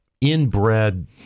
inbred